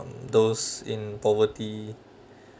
those in poverty